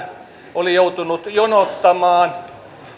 oli joutunut jonottamaan